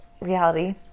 reality